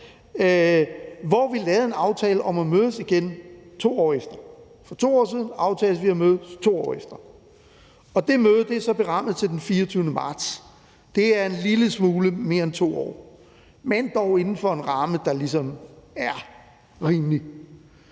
hvor vi lavede en aftale om at mødes igen 2 år efter. For 2 år siden aftalte vi at mødes 2 år efter, og det møde er så berammet til den 24. marts. Det er en lille smule mere end 2 år, men dog inden for en ramme, der ligesom er rimelig.